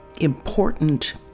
important